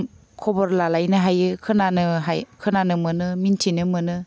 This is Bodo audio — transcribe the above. खबर लालायनो हायो खोनानो हाय खोनानो मोनो मोनथिनो मोनो